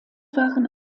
waren